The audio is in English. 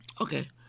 Okay